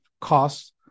costs